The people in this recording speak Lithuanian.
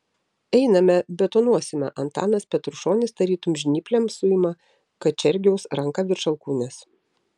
einame betonuosime antanas petrušonis tarytum žnyplėm suima kačergiaus ranką virš alkūnės